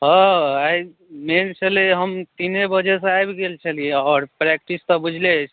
हॅं आइ मेन छलै हम तीने बजे सॅं आबि गेल छलियै अओर प्रैकटिस तँ बुझले अछि